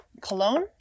cologne